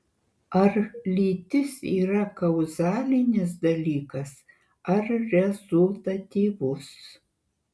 ar lytis yra kauzalinis dalykas ar rezultatyvus